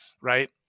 right